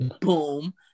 boom